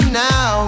now